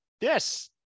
yes